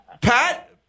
Pat